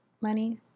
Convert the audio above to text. money